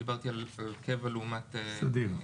אלא על קבע לעומת סדיר.